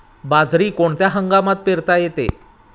बाजरी कोणत्या हंगामात पेरता येते?